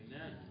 Amen